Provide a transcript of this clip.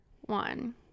one